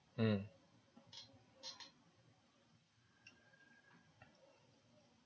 and